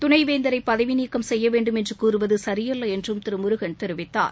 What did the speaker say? துணைவேந்தரைபதவிநீக்கம் செய்யவேண்டும் என்றுகூறுவதுசரியல்லஎன்றும் திருமுருகன் தெரிவித்தார்